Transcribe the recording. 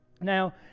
Now